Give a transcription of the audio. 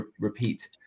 repeat